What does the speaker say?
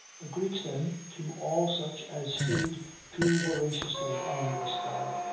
the greeks, then, to all such as feed too voraciously on this diet,